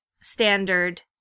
standard